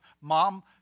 Mom